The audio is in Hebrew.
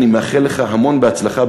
אני מאחל לך המון בהצלחה,